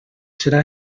serà